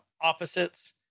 opposites